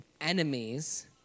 enemies